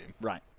Right